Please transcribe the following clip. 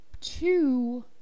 Two